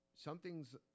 Something's